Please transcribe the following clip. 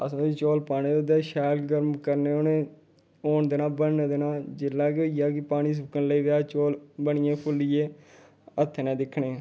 बासमती चौल पाने ओह्दे च शैल गरम करने उ'नें गी होन देना बनन देना जेल्लै केह् होई जा कि पानी सुक्कन लगी पेआ चौल बनियै फुल्लियै हत्थैं नै दिक्खने